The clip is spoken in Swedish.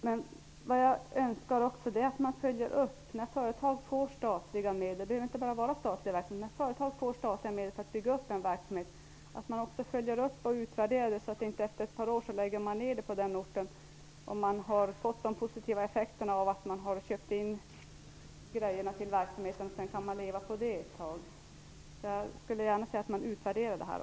Fru talman! Jag tackar för svaret. Jag är också medveten om att lönsamhetskraven gör att man koncentrerar verksamheten, vilket ofta är negativt för glesbygden. Jag önskar också att man följer upp när företag får statliga medel - det behöver inte bara vara statliga verk - för att bygga upp en verksamhet och gör en utvärdering för att se att man efter ett par år inte lägger ner företaget. Om man har fått positiva effekter av att man har köpt in saker till verksamhet skall man inte bara kunna leva på det ett tag. Jag skulle gärna se att man utvärderar detta också.